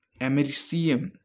americium